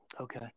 Okay